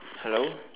hello